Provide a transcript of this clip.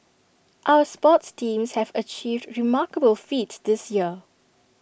our sports teams have achieved remarkable feats this year